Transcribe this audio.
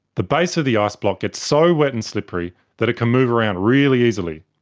the base of the ice block gets so wet and slippery that it can move around really easily.